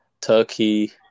Turkey